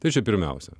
tai čia pirmiausia